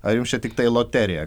ar jums čia tiktai loterija